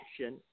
action